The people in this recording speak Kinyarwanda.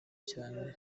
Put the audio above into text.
cyane